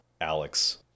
alex